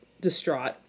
distraught